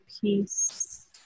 peace